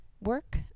work